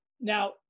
Now